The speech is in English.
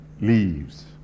leaves